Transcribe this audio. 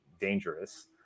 dangerous